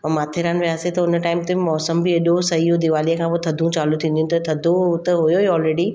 ऐं माथेरान वियासीं त उन टाइम ते मौसम बि एॾो सही हुओ दीवलीअ खां पोइ थधियूं चालू थींदियूं आहिनि त थधो त हुओ ई ऑलरेडी